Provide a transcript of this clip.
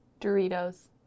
Doritos